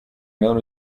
known